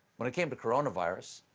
when it came to coronavirus,